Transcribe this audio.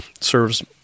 serves